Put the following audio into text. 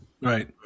Right